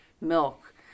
milk